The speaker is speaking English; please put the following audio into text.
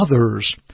others